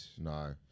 No